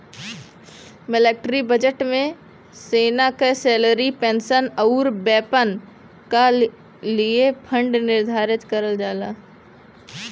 military budget में सेना क सैलरी पेंशन आउर वेपन क लिए फण्ड निर्धारित करल जाला